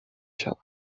شود